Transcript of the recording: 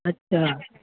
अच्छा